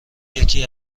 یکی